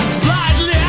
slightly